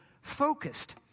focused